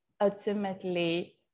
ultimately